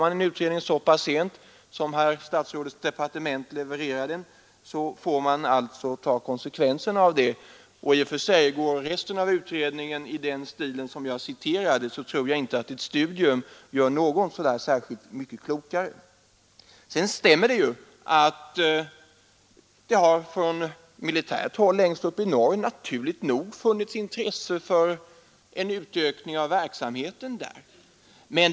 Om en utredning kommer så sent som denna herr statsrådets departement levererade får man ta konsekvenserna. Går resten av utredningen i den stil som det stycke jag citerade, tror jag inte att ett studium av den gör någon särskilt mycket klokare. Det stämmer att det från militärt håll längst upp i norr, naturligt nog, har funnits intresse för en utökning av verksamheten där.